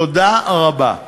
תודה רבה.